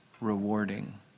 rewarding